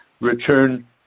return